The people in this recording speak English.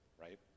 right